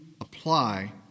apply